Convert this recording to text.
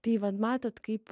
tai vat matot kaip